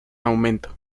aumento